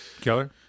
Keller